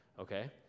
okay